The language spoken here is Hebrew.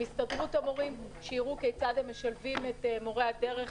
עם הסתדרות המורים שיראו כיצד לשלב את מורי הדרך